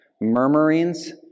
Murmurings